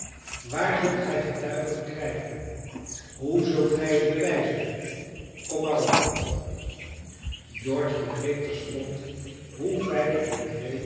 waar zult gij getuigen krijgen hoe zult gij het bewijzen kom maar op george begreep terstond hoe veilig